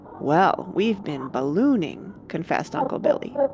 well, we've been ballooning, confessed uncle billy.